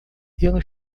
ele